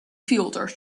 fielder